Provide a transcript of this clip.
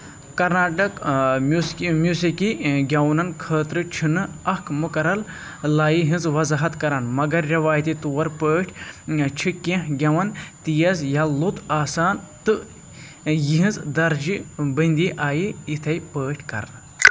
کرناٹک میوٗسقی میوٗسیقی گٮ۪ونَن خٲطرٕ چھنہٕ اکھ مقررل لایہ ہنٛز وضاحت کران، مگر رِوایتی طور پٲٹھۍ چھِ کینٛہہ گٮ۪وُن تیز یا لوٚت آسان تہٕ یہنٛز درجہ بندی آیہِ یتھٕے پٲٹھۍ کرنہٕ